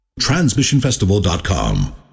Transmissionfestival.com